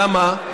למה?